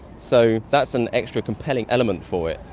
so that's an extra compelling element for it,